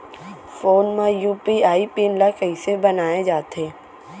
Phone म UPI PIN ल कइसे बनाये जाथे?